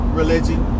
religion